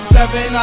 Seven